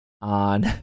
on